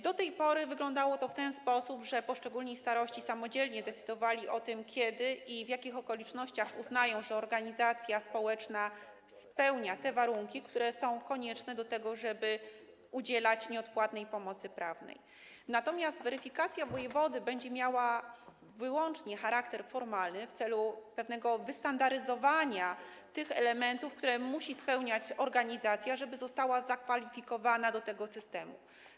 Do tej pory wyglądało to w ten sposób, że poszczególni starostowie samodzielnie decydowali o tym, kiedy i w jakich okolicznościach uznają, że organizacja społeczna spełnia warunki, jakie są konieczne do tego, żeby udzielać nieodpłatnej pomocy prawnej, natomiast weryfikacja wojewody będzie miała wyłącznie charakter formalny, chodzi o pewne wystandaryzowanie tych elementów, które musi spełniać organizacja, żeby została zakwalifikowana do tego systemu.